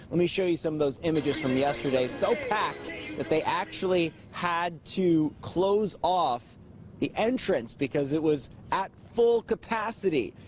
me show you some of those images from yesterday. so packed that they actually had to close off the entrance because it was at full capacity.